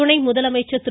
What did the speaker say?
துணை முதலமைச்சர் திரு